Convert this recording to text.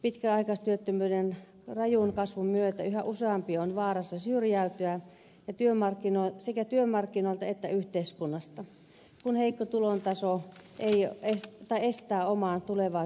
pitkäaikaistyöttömyyden rajun kasvun myötä yhä useampi on vaarassa syrjäytyä sekä työmarkkinoilta että yhteiskunnasta kun heikko tulotaso estää oman tulevaisuuden suunnittelun